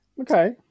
Okay